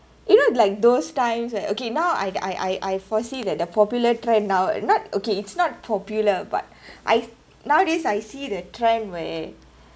you know like those times where okay now I I I I foresee that the popular trend now not okay it's not popular but I nowadays I see the trend where